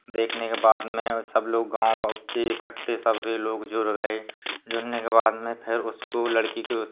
देखने के बाद में सब लोग गाँव के इकट्ठे सब लोग जुड़ गए जुडने के बाद में फिर उसको लड़की को उस